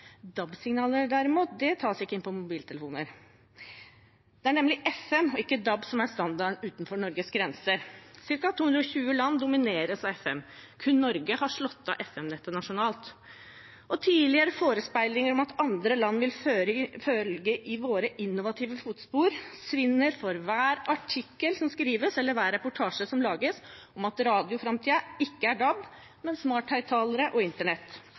det på grunn av beredskapshensyn. DAB-signalene tas derimot ikke imot av mobiltelefoner. Det er nemlig FM og ikke DAB som er standarden utenfor Norges grenser. Cirka 220 land domineres av FM – kun Norge har slått av FM-nettet nasjonalt. Tidligere forespeilinger om at andre land ville følge oss i våre innovative fotspor, svinner for hver artikkel som skrives og hver reportasje som lages om at radioframtiden ikke er DAB, men smarthøyttalere og internett.